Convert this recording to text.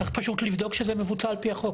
צריך פשוט לבדוק שזה מבוצע על פי החוק,